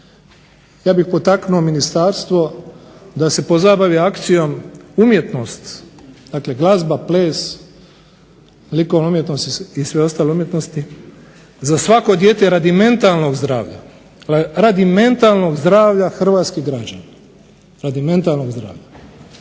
ja bih potaknuo ministarstvo da se pozabavi akcijom umjetnost, dakle glazba, ples, likovne umjetnosti i sve ostale umjetnosti za svako dijete radi mentalnog zdravlja hrvatskih građana, radi mentalnog zdravlja.